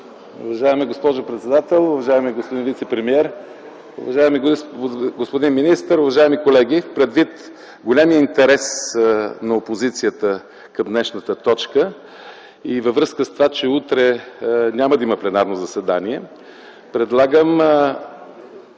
Уважаема госпожо председател, уважаеми господин вицепремиер, уважаеми господин министър, уважаеми колеги! Предвид големия интерес на опозицията към днешната точка и във връзка с това, че утре няма да има пленарно заседание, предлагам